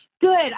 Good